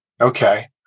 okay